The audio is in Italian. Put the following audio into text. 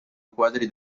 quadri